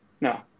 No